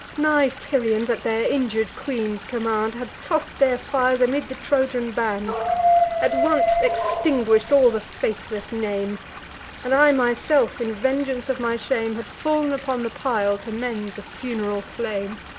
my tyrians, at their injur'd queen's command, had toss'd their fires amid the trojan band at once extinguish'd all the faithless name and i myself, in vengeance of my shame, had fall'n upon the pile, to mend the fun'ral flame.